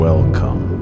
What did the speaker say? Welcome